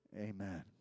Amen